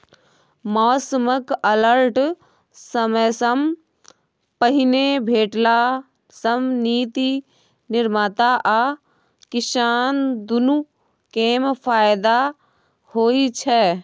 मौसमक अलर्ट समयसँ पहिने भेटला सँ नीति निर्माता आ किसान दुनु केँ फाएदा होइ छै